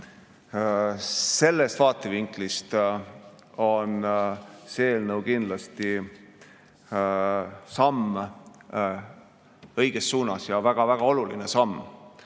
Sellest vaatevinklist on see eelnõu kindlasti samm õiges suunas, ja väga-väga oluline samm.